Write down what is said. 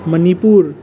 Manipur